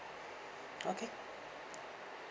okay